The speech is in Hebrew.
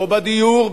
לא בדיור,